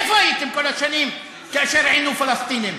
איפה הייתם כל השנים כאשר עינו פלסטינים?